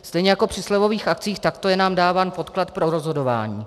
Stejně jako při slevových akcích, takto je nám dáván podklad pro rozhodování.